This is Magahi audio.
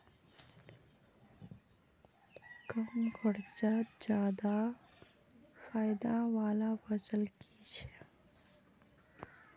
कम खर्चोत ज्यादा फायदा वाला फसल की छे?